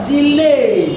Delay